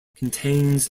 contains